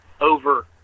over